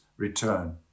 Return